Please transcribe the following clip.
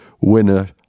winner